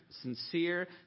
sincere